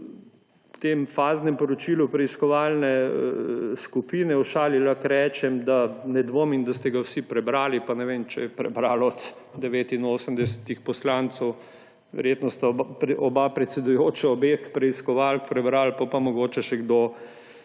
temu faznemu poročilu preiskovalne skupine, v šali lahko rečem, da ne dvomim, da ste ga vsi prebrali, pa ne vem, če je prebralo od 89 poslancev, verjetno sta oba predsedujoča obeh preiskovalk prebrala, potem pa mogoče še kdo